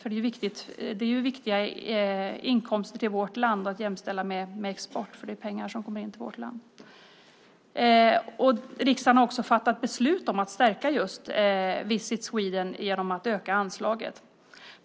Det är viktiga inkomster till vårt land som kan jämställas med export eftersom det är pengar som kommer in till vårt land. Riksdagen har också fattat beslut om att stärka just Visit Sweden genom att öka anslaget.